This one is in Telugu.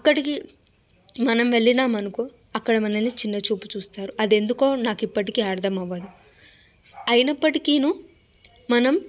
అక్కడికి మనం వెళ్ళామనుకో అక్కడ మనలని చిన్న చూపు చూస్తారు అది ఎందుకో నాకు ఇప్పటికీ అర్థమవదు అయినప్పటికీ మనం